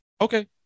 okay